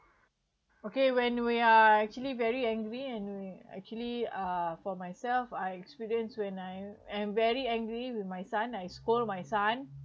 okay when we are actually very angry and we actually uh for myself I experience when I am very angry with my son I scold my son